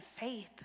faith